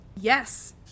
Yes